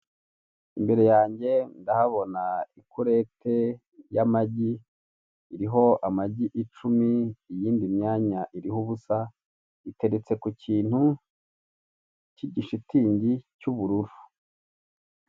Imbere yanjye ndahabona ikurete y'amagi iriho amagi icumi, iyindi myanya iriho ubusa, iteretse ku kintu cy'igishitingi cy'ubururu.